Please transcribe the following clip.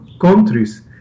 countries